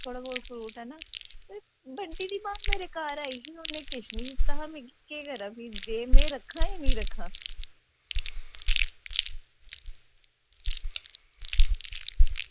थोह्ड़ा बहुत फ्रूट ऐ ना बंटी दी मां मेरे घर आई ही उन्ने मिगी किश निं दित्ता हा ते केह् करां भीं में आक्खां जां नेईं आक्खां